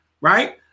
right